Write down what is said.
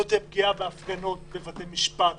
לא תהיה פגיעה בהפגנות, בבתי משפט.